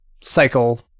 cycle